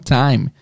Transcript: time